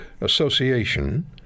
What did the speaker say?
Association